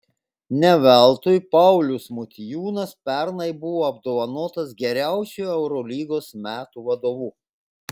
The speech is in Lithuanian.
ne veltui paulius motiejūnas pernai buvo apdovanotas geriausiu eurolygos metų vadovu